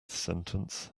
sentence